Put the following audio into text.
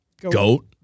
goat